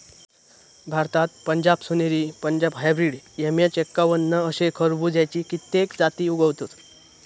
भारतात पंजाब सोनेरी, Punjab hybrid, MH एक्कावन्न अशे खरबुज्याची कित्येक जाती उगवतत